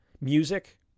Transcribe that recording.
Music